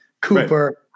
Cooper